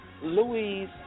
Louise